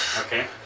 Okay